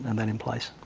and that in place.